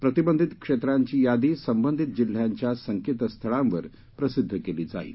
प्रतिबंधित क्षेत्रांची यादी संबंधित जिल्ह्यांच्या संकेतस्थळांवर प्रसिद्ध केली जाईल